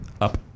up